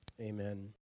amen